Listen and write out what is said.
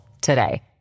today